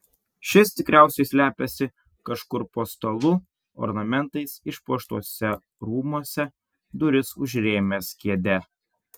šis tikriausiai slepiasi kažkur po stalu ornamentais išpuoštuose rūmuose duris užrėmęs kėde